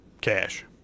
cash